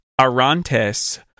Arantes